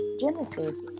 Genesis